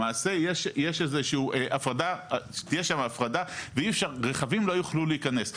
למעשה תהיה שם הפרדה ורכבים לא יוכלו להיכנס.